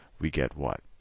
we get what?